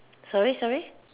sorry sorry